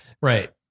Right